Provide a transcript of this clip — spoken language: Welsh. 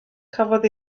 cafodd